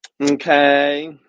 Okay